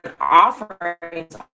offerings